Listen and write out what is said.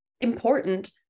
important